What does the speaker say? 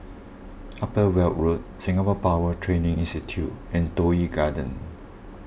Upper Weld Road Singapore Power Training Institute and Toh Yi Garden